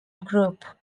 group